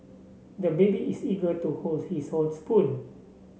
the baby is eager to holds his own spoon